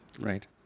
Right